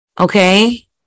Okay